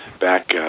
back